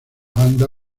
banda